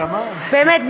באמת,